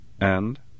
And